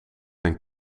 een